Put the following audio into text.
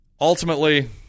ultimately